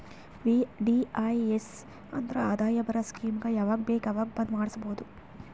VDIS ಅಂದುರ್ ಆದಾಯ ಬರದ್ ಸ್ಕೀಮಗ ಯಾವಾಗ ಬೇಕ ಅವಾಗ್ ಬಂದ್ ಮಾಡುಸ್ಬೋದು